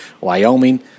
Wyoming